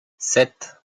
sept